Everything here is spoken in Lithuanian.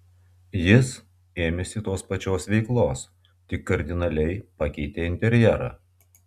jis ėmėsi tos pačios veiklos tik kardinaliai pakeitė interjerą